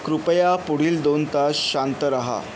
कृपया पुढील दोन तास शांत रहा